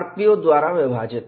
rpo द्वारा विभाजित